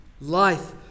Life